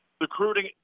recruiting